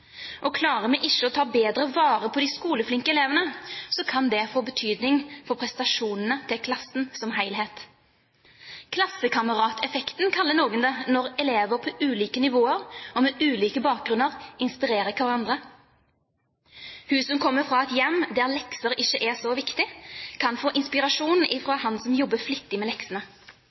Klarer vi ikke å ta bedre vare på de skoleflinke elevene, kan det få betydning for prestasjonene til klassen som helhet, «Klassekamerateffekten» kaller noen det når elever på ulike nivåer og med ulike bakgrunner inspirerer hverandre. Hun som kommer fra et hjem der lekser ikke er så viktig, kan få inspirasjon fra han som jobber flittig med leksene.